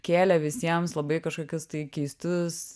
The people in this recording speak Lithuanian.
kėlė visiems labai kažkokius tai keistus